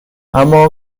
اما